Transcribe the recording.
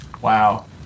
Wow